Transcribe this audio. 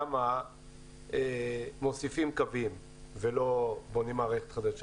שם מוסיפים קווים ולא בונים מערכת חדשה.